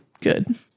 Good